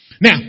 Now